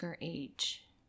age